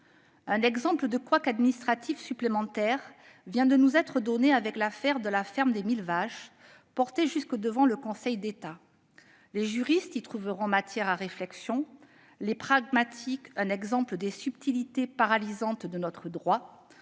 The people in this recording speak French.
en matière de couacs administratifs vient de nous être donné avec l'affaire de la ferme des mille vaches, portée jusque devant le Conseil d'État. Les juristes y trouveront matière à réflexion, les pragmatiques, un exemple des subtilités paralysantes de notre droit